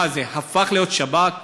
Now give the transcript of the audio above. מה זה, הוא הפך להיות שב"כ?